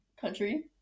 country